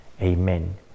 Amen